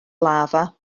lafa